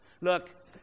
Look